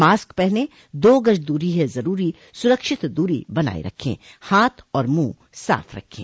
mask पहनें दो गज दूरी है जरूरी सुरक्षित दूरी बनाए रखें हाथ और मुंह साफ रखें